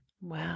Wow